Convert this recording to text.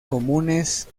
comunes